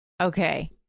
Okay